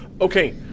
Okay